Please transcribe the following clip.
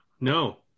No